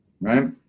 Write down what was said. Right